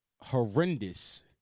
horrendous